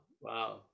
Wow